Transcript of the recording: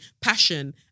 passion